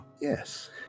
yes